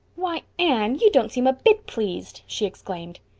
why, anne, you don't seem a bit pleased! she exclaimed.